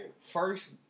first